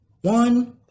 One